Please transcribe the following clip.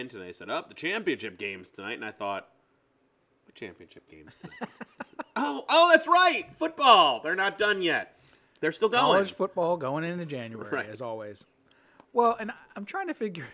into they set up the championship games tonight and i thought the championship game oh that's right football they're not done yet they're still go as football going into january as always well and i'm trying to figure